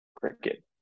cricket